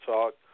Talk